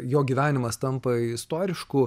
jo gyvenimas tampa istorišku